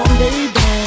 baby